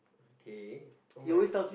okay [oh]-my-god